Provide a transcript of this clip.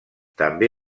també